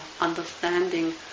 understanding